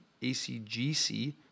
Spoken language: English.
ACGC